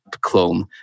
clone